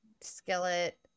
Skillet